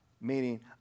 Meaning